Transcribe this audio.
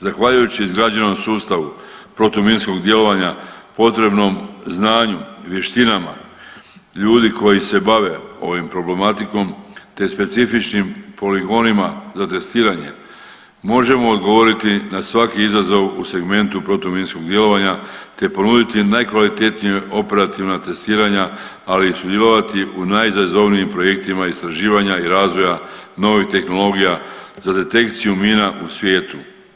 Zahvaljujući izgrađenom sustavu protuminskog djelovanja, potrebnom znanju i vještinama ljudi koji se bave ovom problematikom te specifičnim poligonima za testiranje možemo odgovoriti na svaki izazov u segmentu protuminskog djelovanja, te ponuditi najkvalitetnija operativna testiranja ali i sudjelovati u najizazovnijim projektima istraživanja i razvoja novih tehnologija za detekciju mina u svijetu.